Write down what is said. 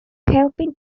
helping